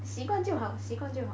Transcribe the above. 习惯就好习惯就好